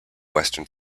western